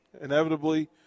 inevitably